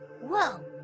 Whoa